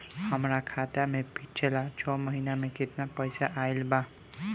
हमरा खाता मे पिछला छह महीना मे केतना पैसा आईल बा?